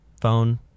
phone